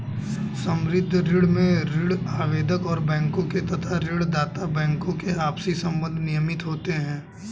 संबद्ध ऋण में ऋण आवेदक और बैंकों के तथा ऋण दाता बैंकों के आपसी संबंध नियमित होते हैं